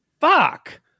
fuck